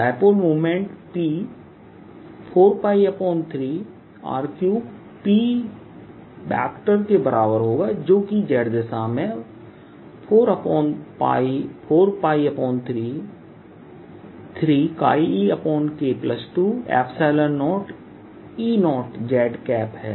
dipole moment p 4π3R3P के बराबर होगा जो कि z दिशा में 4π33eK20E0z है